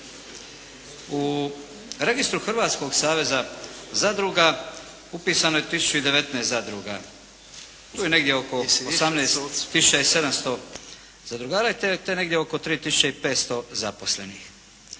U Registru Hrvatskog saveza zadruga upisano je tisuću i 19 zadruga. Tu je negdje oko 18 tisuća i 700 zadruga te negdje oko 3 tisuće i 500 zaposlenih.